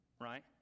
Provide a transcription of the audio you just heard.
Right